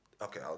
okay